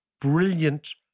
brilliant